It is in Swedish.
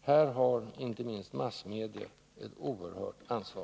Här har inte minst massmedia ett oerhört ansvar.